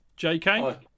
jk